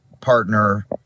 partner